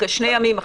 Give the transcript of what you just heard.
אחרי שני ימים,